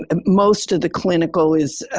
and most of the clinical is,